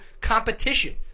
competition